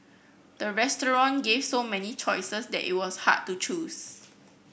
the restaurant gave so many choices that it was hard to choose